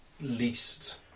least